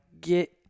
get